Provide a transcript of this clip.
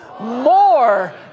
More